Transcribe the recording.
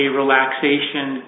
relaxation